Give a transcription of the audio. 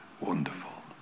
Wonderful